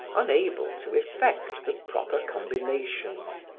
unable to effect the proper combinations,